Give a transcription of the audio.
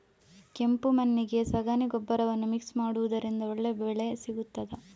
ಕೆಂಪು ಮಣ್ಣಿಗೆ ಸಗಣಿ ಗೊಬ್ಬರವನ್ನು ಮಿಕ್ಸ್ ಮಾಡುವುದರಿಂದ ಒಳ್ಳೆ ಬೆಳೆ ಸಿಗುತ್ತದಾ?